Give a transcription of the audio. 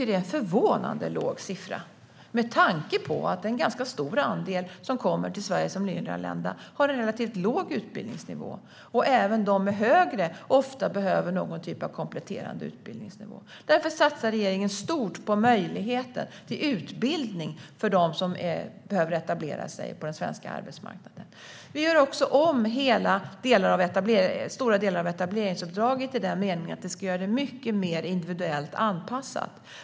Det är en förvånande låg siffra med tanke på att en ganska stor andel som kommer till Sverige som nyanlända har en relativt låg utbildningsnivå. Även de med högre utbildning behöver ofta någon typ av kompletterande utbildning. Regeringen satsar därför stort på möjligheter till utbildning för dem som behöver etablera sig på den svenska arbetsmarknaden. Vi gör också om stora delar av etableringsuppdraget i den meningen att vi ska göra det mycket mer individuellt anpassat.